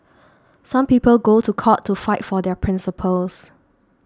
some people go to court to fight for their principles